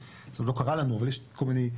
זה עוד לא קרה לנו אבל יש כל מיני,